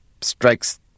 strikes